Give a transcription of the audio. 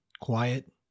quiet